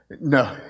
No